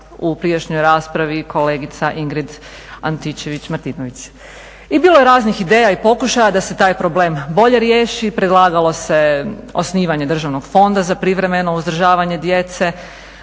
u prijašnjoj raspravi kolegica Ingrid Antičević Marinović. I bilo je raznih ideja i pokušaja da se taj problem bolje riješi. Predlagalo se osnivanje državnog fonda za privremeno uzdržavanje djece,